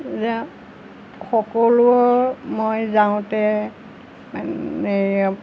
এতিয়া সকলো মই যাওঁতে এই